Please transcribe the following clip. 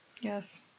Yes